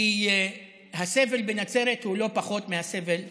כי הסבל בנצרת הוא לא פחות מהסבל בטבריה.